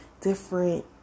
different